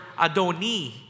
Adoni